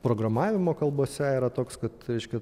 programavimo kalbose yra toks kad reiškia